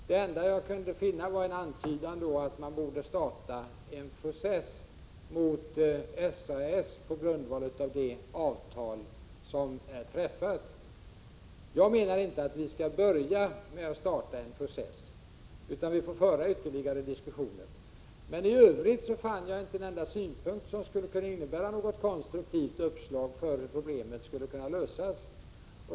Det enda jag kunde finna var en antydan om det borde startas en process mot SAS på grundval av det avtal som är träffat. Jag anser för min del inte att vi skall börja med att starta en process, utan vi får föra ytterligare diskussioner. Men härutöver fann jag inte en enda synpunkt som skulle kunna innebära något konstruktivt uppslag hur problemet skulle kunna lösas.